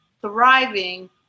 thriving